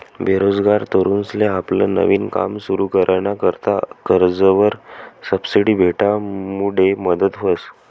बेरोजगार तरुनसले आपलं नवीन काम सुरु कराना करता कर्जवर सबसिडी भेटामुडे मदत व्हस